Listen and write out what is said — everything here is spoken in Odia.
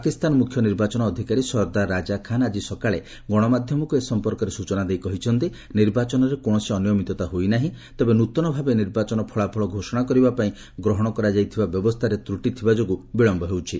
ପାକିସ୍ତାନ ମୁଖ୍ୟ ନିର୍ବାଚନ ଅଧିକାରୀ ସର୍ଦ୍ଦାର ରାଜା ଖାନ୍ ଆଜି ସକାଳେ ଗଶମାଧ୍ୟମକୁ ଏ ସମ୍ପର୍କରେ ସୂଚନା ଦେଇ କହିଛନ୍ତି ନିର୍ବାଚନରେ କୌଣସି ଅନିୟମିତତା ହୋଇନାହିଁ ତେବେ ନୂତନ ଭାବେ ନିର୍ବାଚନ ଫଳାଫଳ ଘୋଷଣା କରିବା ପାଇଁ ଗ୍ରହଣ କରାଯାଇଥିବା ବ୍ୟବସ୍ଥାରେ ତ୍ରୁଟି ଥିବା ଯୋଗୁଁ ବିଳମ୍ବ ହେଉଛି